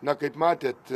na kaip matėt